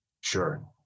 sure